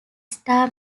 star